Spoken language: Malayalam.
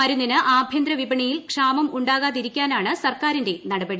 മരുന്നിന് ആഭ്യന്തര വിപണിയിൽ ക്ഷാമം ഉണ്ടാകാതിരിക്കാനാണ് സർക്കാരിന്റെ നടപടി